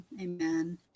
Amen